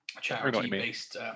charity-based